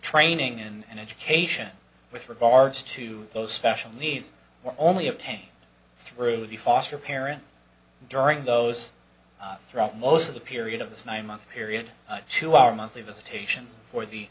training and education with regards to those special needs were only obtained through the foster parent during those throughout most of the period of this nine month period to our monthly visitations or the